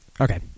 okay